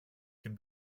can